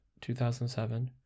2007